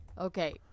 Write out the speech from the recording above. Okay